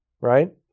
right